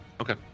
Okay